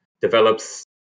develops